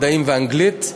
מדעים ואנגלית.